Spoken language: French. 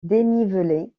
dénivelé